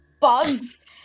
bugs